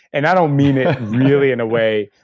and i don't mean it really in a way.